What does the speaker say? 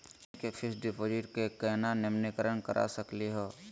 हमनी के fix deposit क केना नवीनीकरण करा सकली हो?